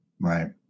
Right